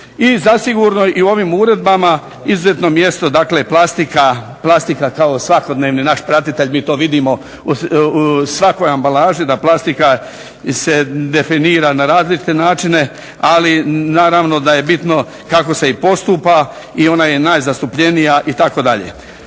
I zasigurno i ovim uredbama izuzetno mjesto, dakle plastika kao svakodnevni naš pratitelj mi to vidimo u svakoj ambalaži da plastika se definira na različite načine. Ali naravno da je bitno kako se i postupa i ona je najzastupljenija itd. Dakle,